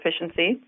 efficiency